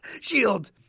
Shield